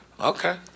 Okay